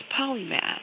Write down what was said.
Polymath